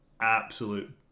absolute